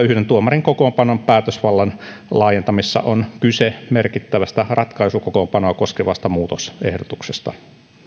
yhden tuomarin kokoonpanon päätösvallan laajentamisessa on kyse merkittävästä ratkaisukokoonpanoa koskevasta muutosehdotuksesta